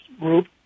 group